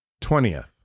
Twentieth